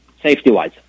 safety-wise